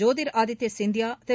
Jyotir Aditya Scindia Thiru